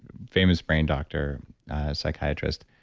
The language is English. famous brain doctor, a psychiatrist.